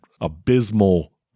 abysmal